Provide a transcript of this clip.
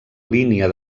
línia